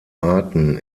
arten